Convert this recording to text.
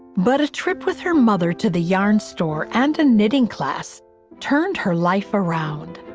but a trip with her mother to the yarn store and a knitting class turned her life around.